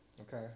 okay